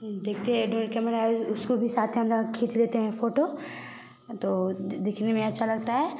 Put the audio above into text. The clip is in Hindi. देखते है ड्रोन कैमरा उसको भी साथे अंगा खींच लेते है फ़ोटो तो दि दिखने में अच्छा लगता है